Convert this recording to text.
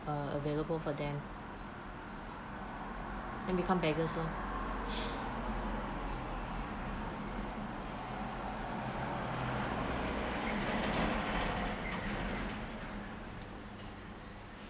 uh available for them then become beggars lor